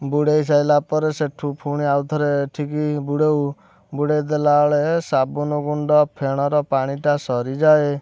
ବୁଡ଼େଇ ସାଇଲା ପରେ ସେଠୁ ପୁଣି ଆଉଥରେ ଏଠିକି ବୁଡ଼ଉ ବୁଡ଼େଇ ଦେଲା ବେଳେ ସାବୁନୁ ଗୁଣ୍ଡ ଫେଣର ପାଣିଟା ସରିଯାଏ